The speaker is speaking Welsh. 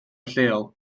lleol